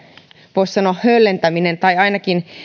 voisi sanoa höllentäminen tai ainakin